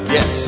Yes